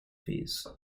fees